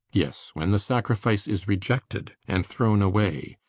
yes, when the sacrifice is rejected and thrown away.